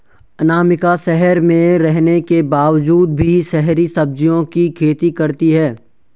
अनामिका शहर में रहने के बावजूद भी शहरी सब्जियों की खेती करती है